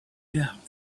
doubt